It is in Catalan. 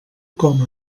com